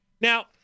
Now